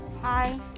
Hi